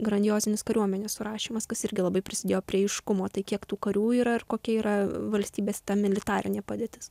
grandiozinis kariuomenės surašymas kas irgi labai prisidėjo prie aiškumo tai kiek tų karių yra ir kokia yra valstybės ta militarinė padėtis